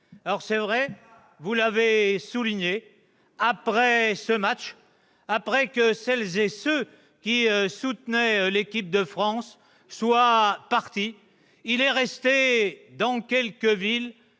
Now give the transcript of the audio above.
C'est vrai, vous l'avez souligné, monsieur le sénateur, après ce match, après que celles et ceux qui soutenaient l'équipe de France sont partis, il est resté dans quelques villes